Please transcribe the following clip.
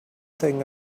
thing